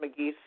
McGee